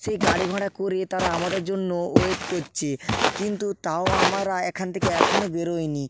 সেই গাড়ি ভাড়া করে তারা আমাদের জন্য ওয়েট করছে কিন্তু তাও আমারা এখান থেকে এখনো বেরোয় নি